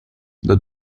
that